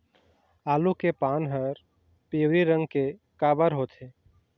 आलू के पान हर पिवरी रंग के काबर होथे?